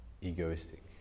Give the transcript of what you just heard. egoistic